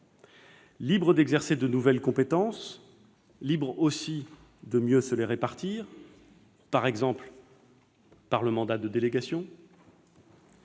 libres d'exercer de nouvelles compétences ; libres aussi de mieux se les répartir au moyen, par exemple, du mandat de délégation